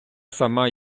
сама